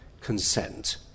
consent